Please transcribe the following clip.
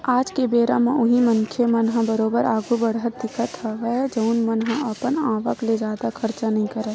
आज के बेरा म उही मनखे मन ह बरोबर आघु बड़हत दिखथे जउन मन ह अपन आवक ले जादा खरचा नइ करय